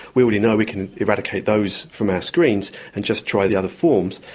we already know we can eradicate those from our screens and just try the other forms.